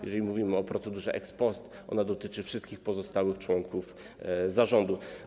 Jeżeli mówimy o procedurze ex post, ona dotyczy wszystkich pozostałych członków zarządu.